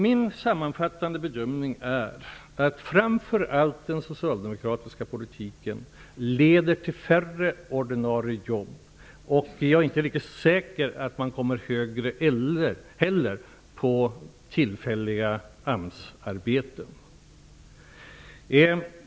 Min sammanfattande bedömning är att framför allt den socialdemokratiska politiken leder till färre ordinarie jobb. Jag är inte riktigt säker på att man når högre med tillfälliga AMS-arbeten heller.